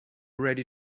ready